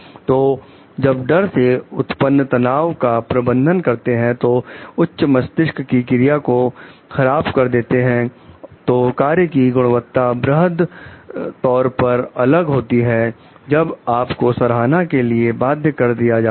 तो जब डर से उत्पन्न तनाव का प्रबंधन करते हैं जो उच्च मस्तिष्क की क्रिया को खराब कर देता है तो कार्य की गुणवत्ता बृहद तौर पर अलग होती है जब आप को सराहना के लिए बाध्य कर दिया जाता है